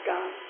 God